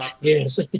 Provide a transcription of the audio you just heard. yes